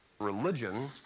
Religion